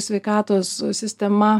sveikatos sistema